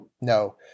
No